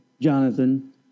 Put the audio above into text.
Jonathan